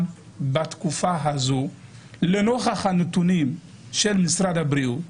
בתקופה הזאת לנוכח הנתונים של משרד הבריאות,